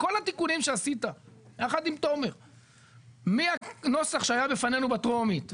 כל התיקונים שעשית יחד עם תומר מהנוסח שהיה בפנינו בטרומית,